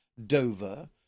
Dover